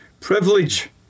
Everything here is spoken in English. privilege